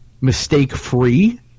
mistake-free